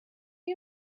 you